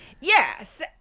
Yes